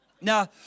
now